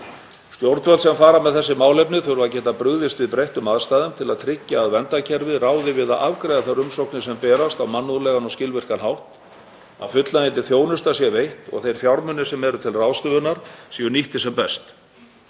Stjórnvöld sem fara með þessi málefni þurfa að geta brugðist við breyttum aðstæðum til að tryggja að verndarkerfið ráði við að afgreiða þær umsóknir sem berast á mannúðlegan og skilvirkan hátt, að fullnægjandi þjónusta sé veitt og að þeir fjármunir sem til ráðstöfunar eru séu nýttir sem best.